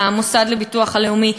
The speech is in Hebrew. מהמוסד לביטוח לאומי,